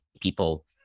people